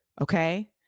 okay